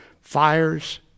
fires